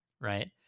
right